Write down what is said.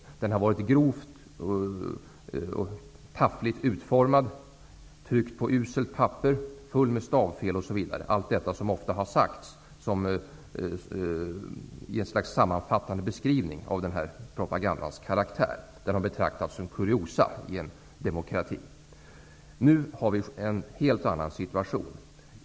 Propagandan har varit grovt och taffligt utformad, tryckt på uselt papper och med fullt av stavfel. Detta har tidgare varit en sammanfattande beskrivning av den här propagandans karaktär. Den har betraktats som kuriosa i en demokrati. Nu har vi en helt annan situation.